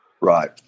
right